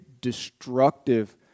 destructive